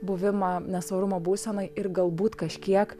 buvimą nesvarumo būsenoj ir galbūt kažkiek